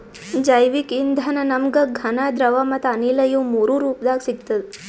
ಜೈವಿಕ್ ಇಂಧನ ನಮ್ಗ್ ಘನ ದ್ರವ ಮತ್ತ್ ಅನಿಲ ಇವ್ ಮೂರೂ ರೂಪದಾಗ್ ಸಿಗ್ತದ್